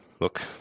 look